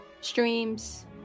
streams